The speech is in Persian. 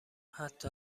حتی